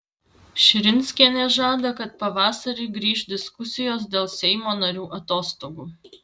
širinskienė žada kad pavasarį grįš diskusijos dėl seimo narių atostogų